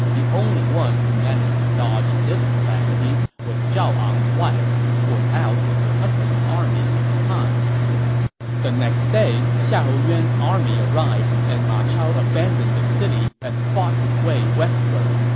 the only one who managed to dodge this calamity was zhao ang's wife, who was out with her husband's army at that time the next day, xiahou yuan's army arrived, and ma chao abandoned the city and fought his way westward.